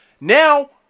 Now